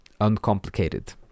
uncomplicated